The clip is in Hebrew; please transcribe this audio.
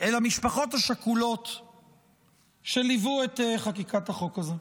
אל המשפחות השכולות שליוו את חקיקת החוק הזה,